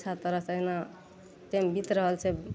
अच्छा तरह से एहिना टाइम बित रहल छै